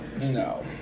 No